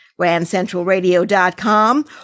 grandcentralradio.com